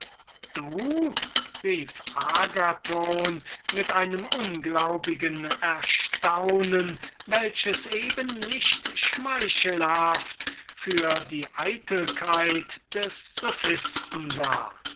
du rief agathon mit einem ungläubigen erstaunen welches eben nicht schmeichelhaft für die eitelkeit des sophisten war